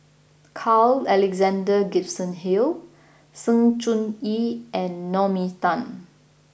Carl Alexander Gibson Hill Sng Choon Yee and Naomi Tan